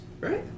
Right